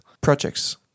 projects